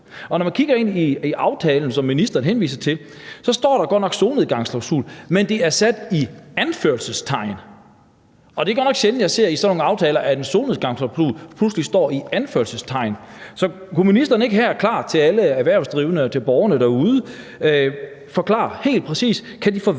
Og når man kigger på aftalen, som ministeren henviser til, står der godt nok solnedgangsklausul, men det er sat i anførselstegn. Og det er godt nok sjældent, at jeg ser i sådan nogle aftaler, at en solnedgangsklausul pludselig står i anførselstegn. Så kunne ministeren ikke her klart over for alle de erhvervsdrivende og borgerne derude forklare helt præcist: Kan de forvente,